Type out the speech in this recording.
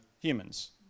humans